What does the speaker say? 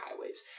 highways